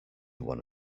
one